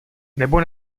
nebo